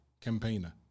campaigner